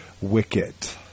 Wicket